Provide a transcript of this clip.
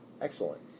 Excellent